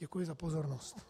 Děkuji za pozornost.